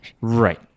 Right